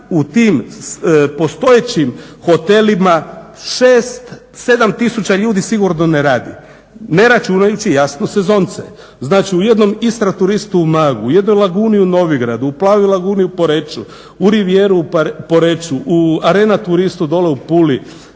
u tim postojećim hotelima 7 tisuća ljudi sigurno ne radi, ne računajući jasno sezonce. Znači u jednom ISTRA TOURIST-u u Umagu, u jednoj LAGUNI u Novigradu, u PLAVOJ LAGUNI u Poreču, u RIVIJERI u Poreču, u ARENA TOURIST-u dole u Puli,